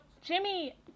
Jimmy